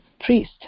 priest